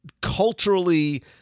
culturally